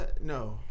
no